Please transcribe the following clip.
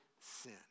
sin